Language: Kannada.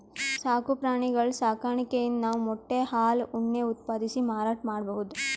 ಸಾಕು ಪ್ರಾಣಿಗಳ್ ಸಾಕಾಣಿಕೆಯಿಂದ್ ನಾವ್ ಮೊಟ್ಟೆ ಹಾಲ್ ಉಣ್ಣೆ ಉತ್ಪಾದಿಸಿ ಮಾರಾಟ್ ಮಾಡ್ಬಹುದ್